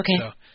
Okay